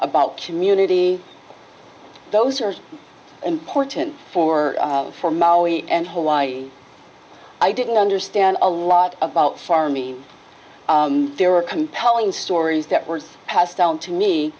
about community those are important for for maui and hawaii i didn't understand a lot about farming there are compelling stories that were passed down to me